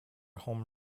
home